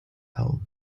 held